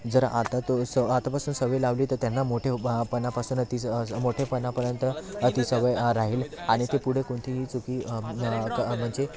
जर आता तो स आतापासून सवय लावली तर त्यांना मोठे पणापासून ती स स मोठेपणापर्यंत ती सवय राहील आणि ती पुढे कोणतीही चूक म्हणजे